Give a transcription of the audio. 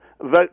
Vote